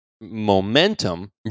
momentum